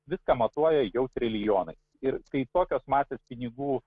viską matuoja jau trilijonai ir kai tokios masės pinigų